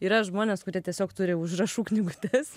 yra žmonės kurie tiesiog turi užrašų knygutes